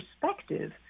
perspective